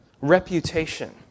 reputation